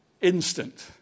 instant